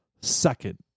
second